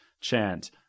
chant